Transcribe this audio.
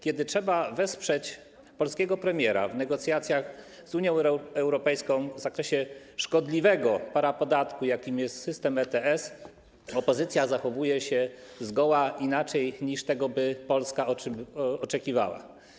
Kiedy trzeba wesprzeć polskiego premiera w negocjacjach z Unią Europejską w zakresie szkodliwego parapodatku, jakim jest system ETS, opozycja zachowuje się zgoła inaczej, niż Polska by tego oczekiwała.